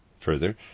Further